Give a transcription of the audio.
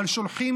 אבל שולחים